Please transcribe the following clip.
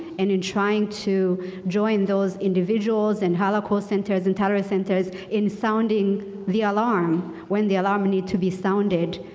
and in trying to join those individuals and holocaust centers, and tolerance centers in sounding the alarm when the alarm needs to be sounded.